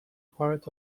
part